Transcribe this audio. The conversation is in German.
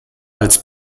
als